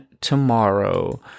tomorrow